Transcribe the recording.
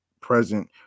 present